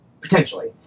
potentially